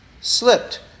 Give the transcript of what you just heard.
slipped